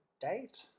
date